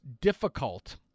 difficult